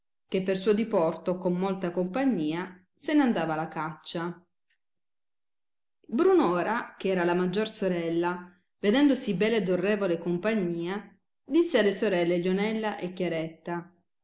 che per suo diporto con molta compagnia se n andava alla caccia brunora che era la maggior sorella vedendo si bella ed orrevole compagnia disse alle sorelle lionella e chiaretta